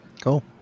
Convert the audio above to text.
Cool